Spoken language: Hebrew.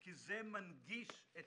כי זה מנגיש את